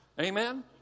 Amen